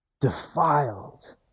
Defiled